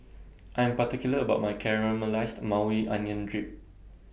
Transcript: I Am particular about My Caramelized Maui Onion drip